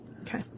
Okay